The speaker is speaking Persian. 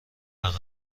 عقب